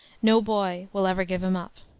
no boy will ever give him up.